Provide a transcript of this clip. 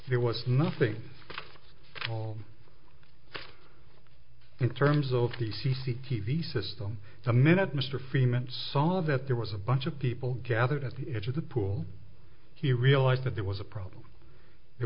there was nothing in terms of the c c t v system the minute mr freeman saw that there was a bunch of people gathered at the edge of the pool he realized that there was a problem there